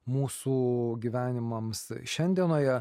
mūsų gyvenimams šiandienoje